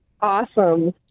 Awesome